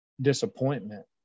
disappointment